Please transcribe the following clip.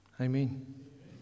Amen